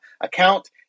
account